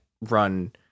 run